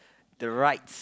the right